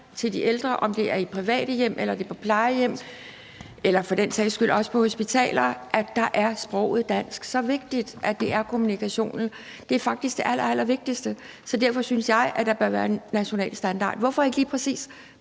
til de ældre, om det er i private hjem, eller det er på plejehjem, eller for den sags skyld også på hospitaler, er dansk? Det er så vigtigt, for det er kommunikationen. Det er faktisk det allerallervigtigste, så derfor synes jeg, at der bør være en national standard. Hvorfor lige præcis